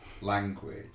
language